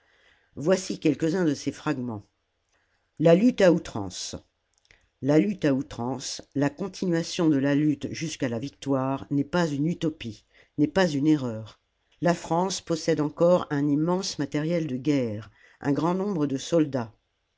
voici quelques-uns de ces fragments la lutte à outrance la continuation de la lutte jusqu'à la victoire n'est pas une utopie n'est pas une erreur la france possède encore un immense matériel de guerre un grand nombre de soldats